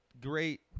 great